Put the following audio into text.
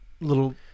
little